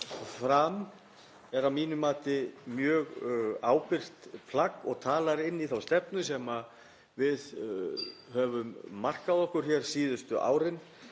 fram er að mínu mati mjög ábyrgt plagg og talar inn í þá stefnu sem við höfum markað okkur síðustu árin.